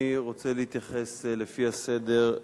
אני רוצה להתייחס לפי הסדר,